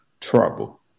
trouble